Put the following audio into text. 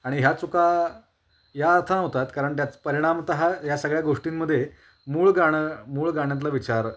आणि ह्या चुका या अर्थानं होतात कारण त्यात परिणामतः या सगळ्या गोष्टींमध्ये मूळ गाणं मूळ गाण्यातलं विचार